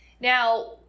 Now